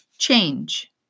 change